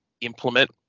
implement